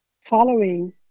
following